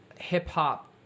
hip-hop